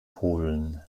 polen